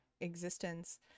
existence